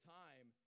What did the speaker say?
time